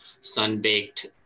sun-baked